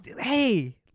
Hey